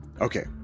Okay